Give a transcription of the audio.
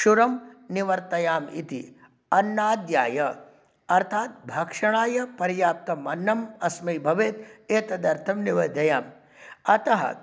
क्षुरं निवर्त्तयामि इति अन्नाद्याय अर्थात् भक्षणाय पर्याप्तम् अन्नम् अस्मै भवेत् एतदर्थं निवेदयामि अतः